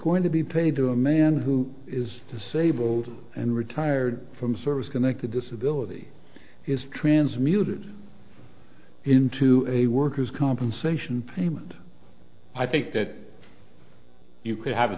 going to be paid to a man who is disabled and retired from service connected disability is transmitted into a worker's compensation payment i think that you could have a